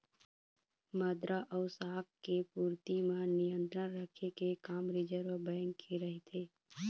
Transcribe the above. मद्रा अउ शाख के पूरति म नियंत्रन रखे के काम रिर्जव बेंक के रहिथे